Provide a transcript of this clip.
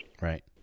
right